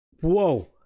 whoa